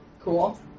Cool